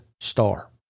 star